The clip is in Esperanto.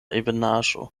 ebenaĵo